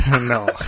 No